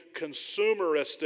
consumeristic